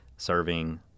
serving